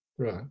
Right